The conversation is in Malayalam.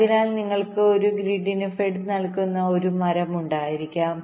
അതിനാൽ നിങ്ങൾക്ക് ഒരു ഗ്രിഡിന് ഫെഡ് നൽകുന്ന ഒരു മരം ഉണ്ടായിരിക്കാം